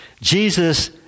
Jesus